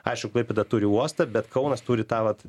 aiškų klaipėda turi uostą bet kaunas turi tą vat